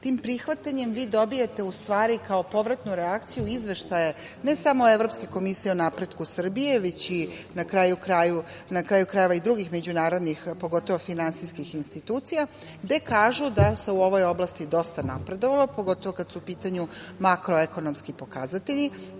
tim prihvatanjem vi dobijete u stvari kao povratnu reakciju izveštaje ne samo Evropske komisije o napretku Srbije, već i na kraju krajeva i drugih međunarodnih, pogotovo finansijskih institucija, gde kažu da se u ovoj oblasti dosta napredovalo, pogotovo kad su u pitanju makroekonomski pokazatelji. To